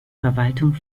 verwaltung